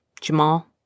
Jamal